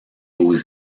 aux